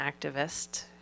activist